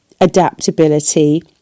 adaptability